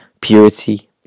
purity